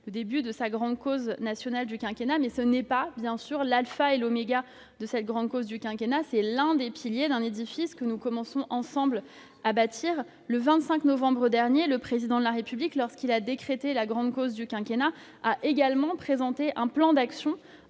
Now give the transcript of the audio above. le début de sa grande cause nationale du quinquennat. Mais ce n'est pas, bien sûr, l'alpha et l'oméga de cette grande cause du quinquennat, c'est l'un des piliers d'un édifice que nous commençons, ensemble, à bâtir. Le 25 novembre dernier, le Président de la République, lorsqu'il a décrété la grande cause du quinquennat, a également présenté un plan d'action